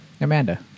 Amanda